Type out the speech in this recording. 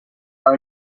are